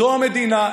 זו המדינה.